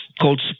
called